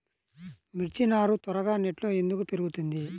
మిర్చి నారు త్వరగా నెట్లో ఎందుకు పెరుగుతుంది?